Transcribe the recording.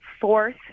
fourth